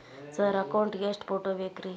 Sir account ಗೇ ಎಷ್ಟು photo ಬೇಕ್ರಿ?